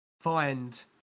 find